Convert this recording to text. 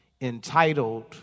entitled